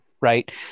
right